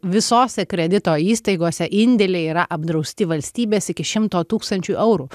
visose kredito įstaigose indėliai yra apdrausti valstybės iki šimto tūkstančių eurų